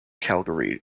calgary